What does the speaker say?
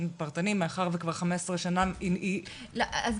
פרטני מאחר וכבר 15 שנים היא -- אגב,